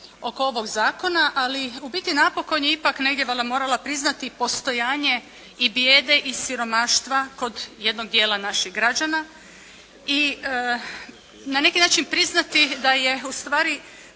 oko ovog zakona, ali u biti napokon je negdje valjda morala priznati postojanje i bijede i siromaštva kod jednog dijela naših građana i na neki način priznati da je ustvari